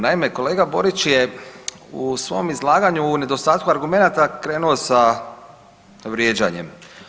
Naime, kolega Borić je u svom izlaganju u nedostatku argumenata krenuo sa vrijeđanjem.